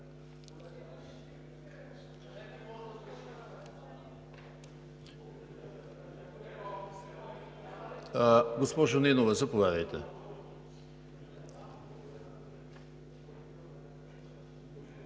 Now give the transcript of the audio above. Госпожо Нинова, заповядайте.